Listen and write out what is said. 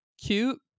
cute